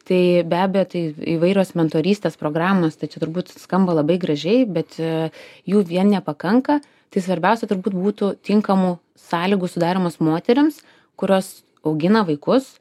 tai be abejo tai įvairios mentorystės programos tai čia turbūt skamba labai gražiai bet jų vien nepakanka tai svarbiausia turbūt būtų tinkamų sąlygų sudarymas moterims kurios augina vaikus